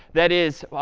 that is,